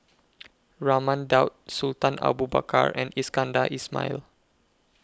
Raman Daud Sultan Abu Bakar and Iskandar Ismail